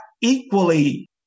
equally